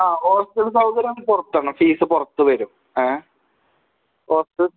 ആ ഹോസ്റ്റൽ സൗകര്യമാണെങ്കിൽ പുറത്താണ് ഫീസ് പുറത്ത് വരും ഏ പുറത്ത്